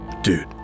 Dude